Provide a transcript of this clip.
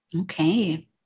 Okay